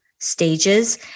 Stages